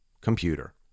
computer